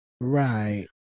Right